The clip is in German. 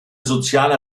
soziale